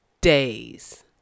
days